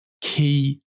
key